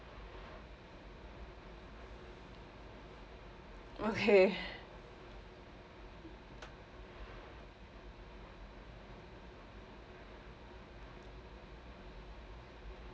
okay